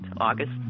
August